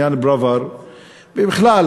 בעניין פראוור ובכלל,